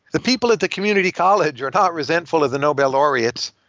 the people at the community college are not resentful of the nobel laureates.